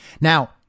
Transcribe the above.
Now